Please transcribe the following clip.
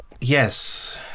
Yes